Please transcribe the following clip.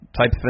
type